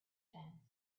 fence